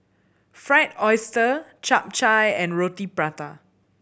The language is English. Fried Oyster Chap Chai and Roti Prata